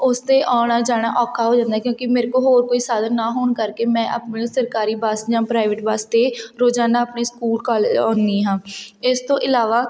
ਉਸ 'ਤੇ ਆਉਣਾ ਜਾਣਾ ਔਖਾ ਹੋ ਜਾਂਦਾ ਕਿਉਂਕਿ ਮੇਰੇ ਕੋਲ ਹੋਰ ਕੋਈ ਸਾਧਨ ਨਾ ਹੋਣ ਕਰਕੇ ਮੈਂ ਆਪਣੇ ਸਰਕਾਰੀ ਜਾਂ ਫਿਰ ਪ੍ਰਾਈਵੇਟ ਬੱਸ 'ਤੇ ਰੋਜ਼ਾਨਾ ਆਪਣੇ ਸਕੂਲ ਕਾਲ ਆਉਂਦੀ ਹਾਂ ਇਸ ਤੋਂ ਇਲਾਵਾ